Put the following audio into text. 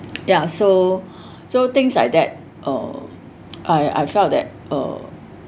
ya so so things like that uh I I felt that uh